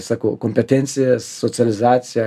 sakau kompetencijas socializaciją